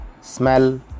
smell